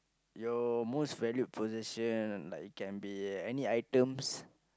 your most valued possession like it can be any items